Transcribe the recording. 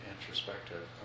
introspective